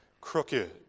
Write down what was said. crooked